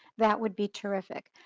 that would be terrific.